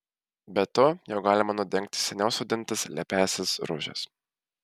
be to jau galima nudengti seniau sodintas lepiąsias rožes